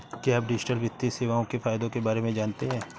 क्या आप डिजिटल वित्तीय सेवाओं के फायदों के बारे में जानते हैं?